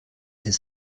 his